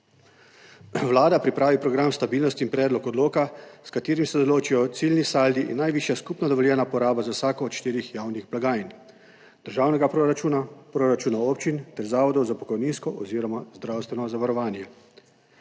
Vlada pripravi program stabilnosti in predlog odloka, s katerim se določijo ciljni saldi in najvišja skupna dovoljena poraba za vsako od štirih javnih blagajn državnega proračuna, proračuna občin ter Zavodov za pokojninsko oziroma zdravstveno zavarovanje.